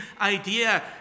idea